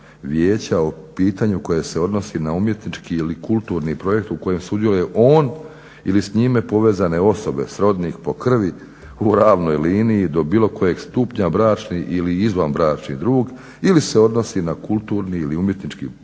vijeća o pitanju koje se odnosi na umjetnički ili kulturni projekt u kojem sudjeluje on ili s njime povezane osobe srodnih po krvi u ravnoj liniji do bilo kojeg stupnja, bračni ili izvanbračni drug ili se odnosi na kulturni ili umjetnički projekt